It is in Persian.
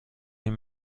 این